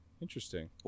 Interesting